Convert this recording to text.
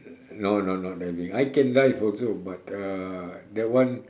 no no no not driving I can drive also but uh that one